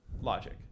logic